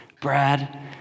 brad